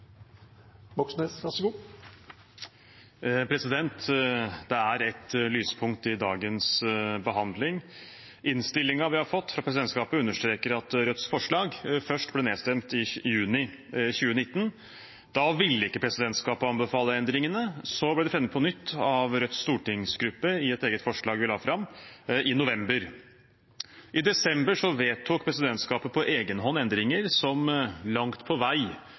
et lyspunkt i dagens behandling: Innstillingen vi har fått fra presidentskapet, understreker at Rødts forslag først ble nedstemt i juni 2019. Da ville ikke presidentskapet anbefale endringene. Så ble det fremmet på nytt av Rødts stortingsgruppe i et eget forslag som vi la fram i november. I desember vedtok presidentskapet på egen hånd endringer som langt på vei